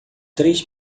três